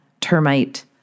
termite